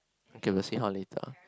okay we'll see how later